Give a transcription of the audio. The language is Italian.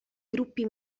gruppi